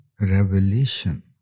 revelation